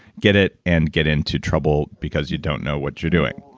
get it and get into trouble because you don't know what you're doing